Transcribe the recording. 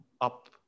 up